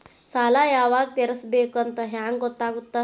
ಸಾಲ ಯಾವಾಗ ತೇರಿಸಬೇಕು ಅಂತ ಹೆಂಗ್ ಗೊತ್ತಾಗುತ್ತಾ?